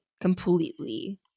completely